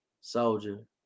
Soldier